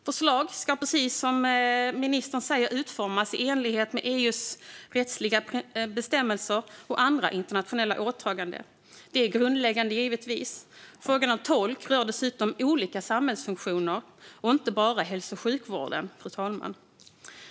Förslag ska, precis som ministern säger, utformas i enlighet med EU:s rättsliga bestämmelser och andra internationella åtaganden. Det är givetvis grundläggande. Frågan om tolk rör dessutom olika samhällsfunktioner och inte bara hälso och sjukvården.